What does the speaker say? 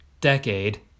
decade